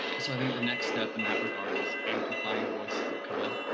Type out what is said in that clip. so i think the next step in that regard is amplifying voices of color.